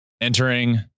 entering